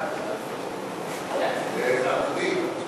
ההצעה להעביר את